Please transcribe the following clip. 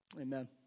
Amen